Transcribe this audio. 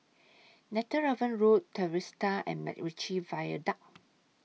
Netheravon Road Trevista and Macritchie Viaduct